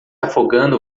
afogando